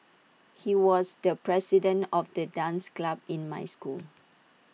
he was the president of the dance club in my school